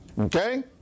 Okay